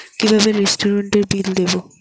কিভাবে রেস্টুরেন্টের বিল দেবো?